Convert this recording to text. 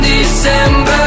December